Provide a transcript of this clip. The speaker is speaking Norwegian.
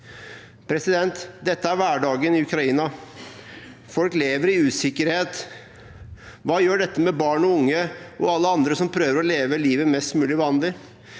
skadet. Dette er hverdagen i Ukraina. Folk lever i usikkerhet. Hva gjør dette med barn og unge og alle andre som prøver å leve et mest mulig vanlig